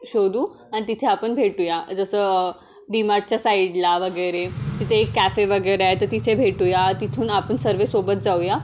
शोधू आणि तिथे आपण भेटूया जसं डीमार्टच्या साईडला वगैरे तिथे एक कॅफे वगैरे आहे तर तिथे भेटूया तिथून आपण सर्व सोबत जाऊया